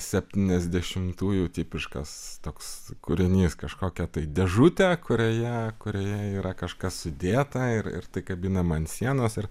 septyniasdešimtųjų tipiškas toks kūrinys kažkokia tai dėžutė kurioje kurioje yra kažkas sudėta ir ir kabinama ant sienos ir